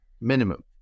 Minimum